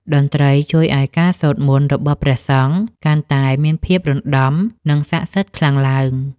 តន្ត្រីជួយឱ្យការសូត្រមន្តរបស់ព្រះសង្ឃ កាន់តែមានភាពរណ្ដំ និងសក្ដិសិទ្ធិខ្លាំងឡើង។